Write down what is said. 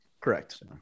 Correct